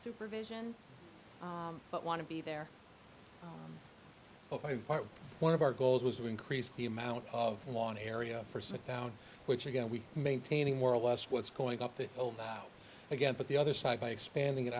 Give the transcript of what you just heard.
supervision but want to be there part one of our goals was to increase the amount of lawn area for sit down which again we maintaining more or less what's going up there over again but the other side by expanding it